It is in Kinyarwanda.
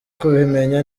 kubimenya